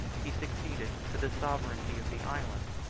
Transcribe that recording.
he succeeded to the sovereignty of the island,